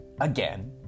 again